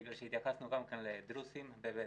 בגלל שהתייחסנו גם כן לדרוזים ובדואים.